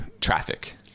traffic